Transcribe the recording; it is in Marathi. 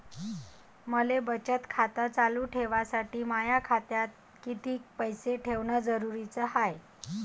मले बचत खातं चालू ठेवासाठी माया खात्यात कितीक पैसे ठेवण जरुरीच हाय?